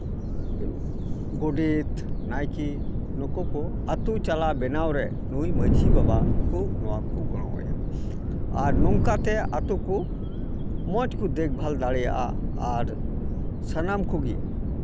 ᱜᱚᱰᱮᱛ ᱱᱟᱭᱠᱮ ᱱᱩᱠᱩ ᱠᱚ ᱟᱹᱛᱩ ᱪᱟᱞᱟᱣ ᱵᱮᱱᱟᱣ ᱨᱮ ᱱᱩᱭ ᱢᱟᱺᱡᱷᱤ ᱵᱟᱵᱟ ᱠᱚ ᱱᱚᱣᱟ ᱠᱚ ᱜᱚᱲᱚᱣᱟᱭᱟ ᱟᱨ ᱱᱚᱝᱠᱟ ᱛᱮ ᱟᱹᱛᱩ ᱠᱚ ᱢᱚᱡᱽ ᱠᱚ ᱫᱮᱠᱷᱵᱷᱟᱞ ᱫᱟᱲᱮᱭᱟᱜᱼᱟ ᱟᱨ ᱥᱟᱱᱟᱢ ᱠᱚᱜᱮ